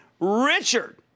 Richard